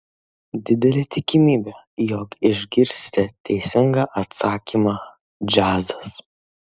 didelė tikimybė jog išgirsite teisingą atsakymą džiazas